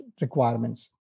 requirements